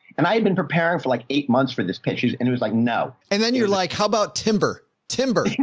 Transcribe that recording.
and i had been preparing for like eight months for this pinches. and it was like, no. and then you're like, how about timber? timber